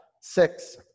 six